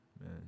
man